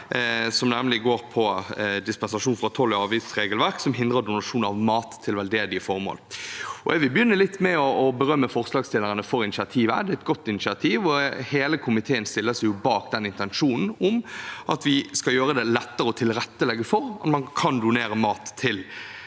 som går på dispensasjon fra toll- og avgiftsregelverk som hindrer donasjon av mat til veldedige formål. Jeg vil begynne med å berømme forslagsstillerne for initiativet. Det er et godt initiativ, og hele komiteen stiller seg bak intensjonen om at vi skal gjøre det lettere å tilrettelegge for at man kan donere mat til